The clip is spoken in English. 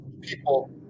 people